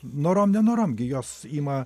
norom nenorom gi jos ima